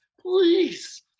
please